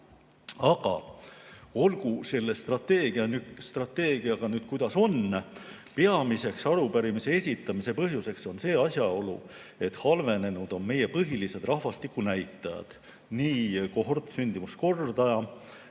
Aga olgu selle strateegiaga nüüd, kuidas on. Arupärimise esitamise peamine põhjus on asjaolu, et halvenenud on meie põhilised rahvastikunäitajad, nii kohortsündimuskordaja,